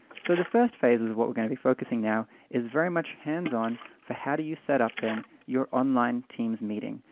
so the first phase is what we're gonna be focusing now is very much hands-on for how do you setup then your online teams meeting.